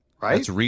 right